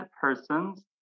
persons